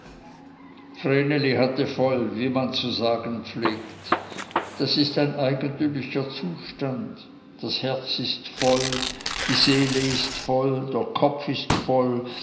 hatte voll wie man zu sagen pflegt das ist ein eigentümlicher zustand das herz ist voll die seele ist voll der kopf ist voll